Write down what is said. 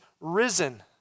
risen